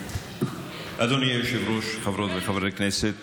אדוני היושב-ראש, חברות וחברי כנסת